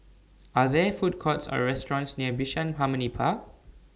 Are There Food Courts Or restaurants near Bishan Harmony Park